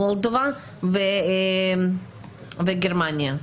מולדביה וגרמניה.